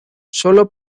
sólo